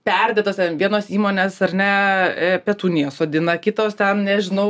perdėtas ten vienos įmonės ar ne petunijas sodina kitos ten nežinau